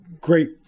great